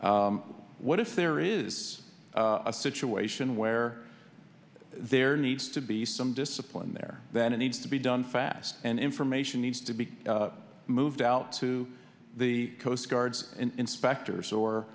casualty what if there is a situation where there needs to be some discipline there than it needs to be done fast and information needs to be moved out to the coast guard's inspectors or